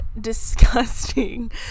disgusting